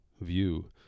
view